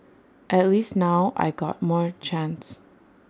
at least now I got more chance